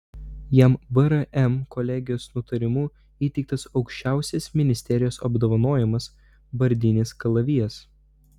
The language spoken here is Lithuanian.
jam vrm kolegijos nutarimu įteiktas aukščiausias ministerijos apdovanojimas vardinis kalavijas